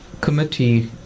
committee